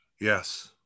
yes